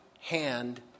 hand